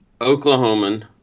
Oklahoman